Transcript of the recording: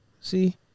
See